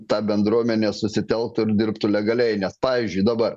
ta bendruomenė susitelktų ir dirbtų legaliai nes pavyzdžiui dabar